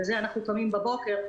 לזה אנחנו קמים בבוקר.